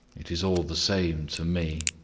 it is all the same to me.